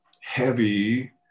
heavy